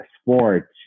sports